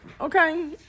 Okay